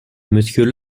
mmonsieur